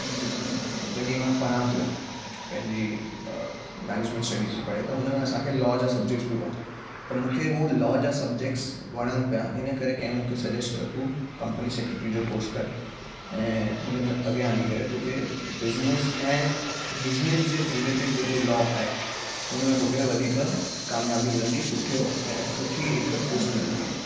जी जी जॾहिं मां पढ़ा पियो पंहिंजी मैनेजमेंट स्टडीज़ जी पढ़ाई त हुनमें असांखे लॉ जा सब्जेक्ट्स बि हुआ त मूंखे हू लॉ जा सब्जेक्ट्स वणनि पिया इनकरे कंहिं मूंखे सजेस्ट कयो तूं कंपनी सेक्रेटरी जो कोर्स कर ऐं हुनमें अॻियां हली करे तोखे बिज़नेस ऐं बिज़नेस जे रिलेटेड जेको लॉ आहे उनमें तोखे वधीक कामयाबी मिलंदी सुठियो ऐं सुठी हिकु पोस्ट मिलंदी